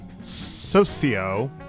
socio